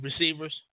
receivers